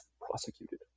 prosecuted